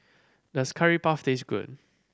does Curry Puff taste good